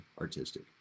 artistic